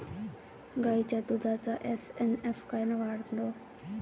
गायीच्या दुधाचा एस.एन.एफ कायनं वाढन?